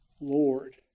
Lord